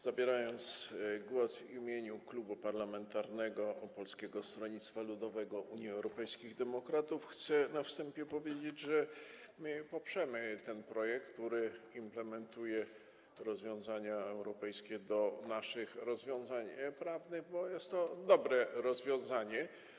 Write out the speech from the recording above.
Zabierając głos w imieniu Klubu Poselskiego Polskiego Stronnictwa Ludowego - Unii Europejskich Demokratów, chcę na wstępie powiedzieć, że poprzemy ten projekt, który implementuje rozwiązania europejskie do naszych rozwiązań prawnych, bo jest to dobre rozwiązanie.